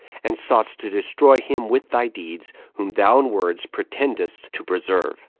and soughtest to destroy him with thy deeds, whom thou in words pretendedst to preserve.